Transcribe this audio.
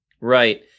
Right